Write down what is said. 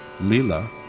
Lila